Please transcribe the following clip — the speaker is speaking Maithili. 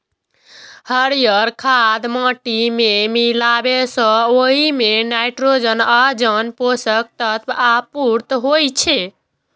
हरियर खाद माटि मे मिलाबै सं ओइ मे नाइट्रोजन आ आन पोषक तत्वक आपूर्ति होइ छै